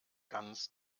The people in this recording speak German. ganz